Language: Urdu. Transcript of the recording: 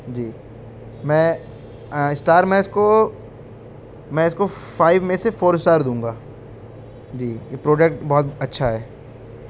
جی میں اسٹار میں اس کو میں اس کو فائو میں سے فور اسٹار دوں گا جی یہ پروڈکٹ بہت اچھا ہے